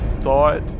thought